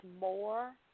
more